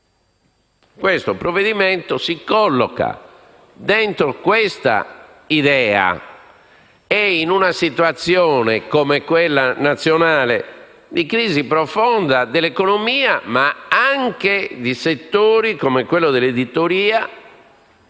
Questo provvedimento si colloca dentro questa idea e in una situazione nazionale di crisi profonda dell'economia e anche di settori come quello dell'editoria,